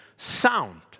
Sound